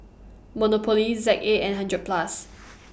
Monopoly Z A and hundred Plus